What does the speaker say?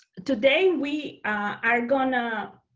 today we are gonna